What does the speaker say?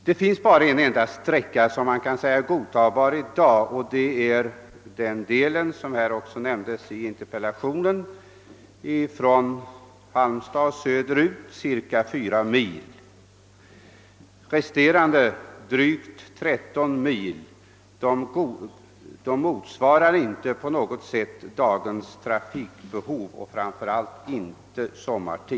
Det finns bara en enda sträcka som i dag kan sägas vara godtagbar, nämligen den i interpellationen nämnda från Halmstad och söderut, cirka fyra mil. Resterande del på drygt 13 mil har en standard som inte på något sätt motsvarar dagens trafikbehov, framför allt inte sommartid.